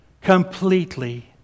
completely